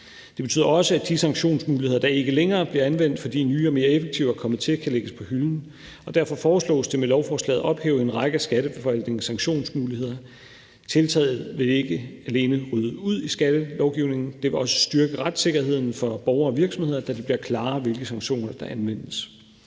Det betyder også, at de sanktionsmuligheder, der ikke længere bliver anvendt, fordi nye og mere effektive er kommet til, kan lægges til side. Derfor foreslås det med lovforslaget at ophæve en række af Skatteforvaltningens sanktionsmuligheder. Tiltaget vil ikke alene rydde ud i skattelovgivningen, det vil også styrke retssikkerheden for borgere og virksomheder, da det bliver klarere, hvilke sanktioner der anvendes.